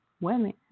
women